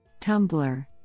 Tumblr